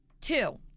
Two